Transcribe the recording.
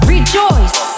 Rejoice